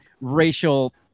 racial